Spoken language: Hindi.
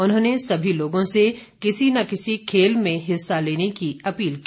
उन्होंने सभी लोगों से किसी न किसी खेल में हिस्सा लेने की अपील की